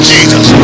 Jesus